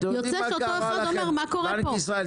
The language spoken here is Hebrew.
בנק ישראל,